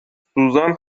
سوزان